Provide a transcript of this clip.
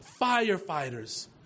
firefighters